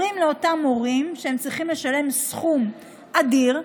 אומרים לאותם הורים שהם צריכים לשלם סכום אדיר,